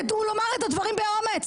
תדעו לומר את הדברים באומץ.